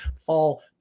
fall